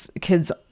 kids